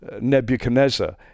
Nebuchadnezzar